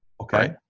okay